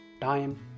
time